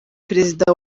perezida